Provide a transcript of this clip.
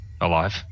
alive